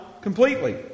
completely